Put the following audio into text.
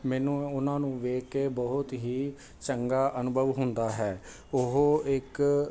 ਮੈਨੂੰ ਉਹਨਾਂ ਨੂੰ ਵੇਖ ਕੇ ਬਹੁਤ ਹੀ ਚੰਗਾ ਅਨੁਭਵ ਹੁੰਦਾ ਹੈ ਉਹ ਇੱਕ